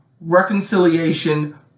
Reconciliation